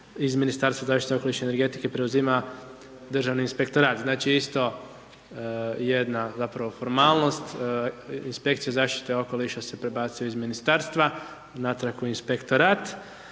iz Ministarstva zaštite okoliša i energetike preuzima inspektorat. Znači jedna formalnost, inspekcija zaštite okoliša se prebacuje iz Ministarstva, natrag u inspektorat.